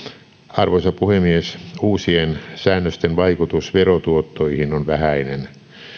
arvoisa puhemies uusien säännösten vaikutus verotuottoihin on vähäinen